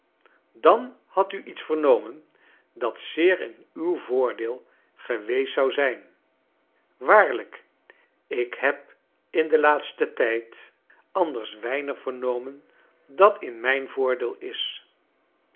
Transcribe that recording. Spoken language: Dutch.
dan hadt u iets vernomen dat zeer in uw voordeel geweest zou zijn waarlijk ik heb in den laatsten tijd anders weinig vernomen dat in mijn voordeel is